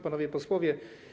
Panowie Posłowie!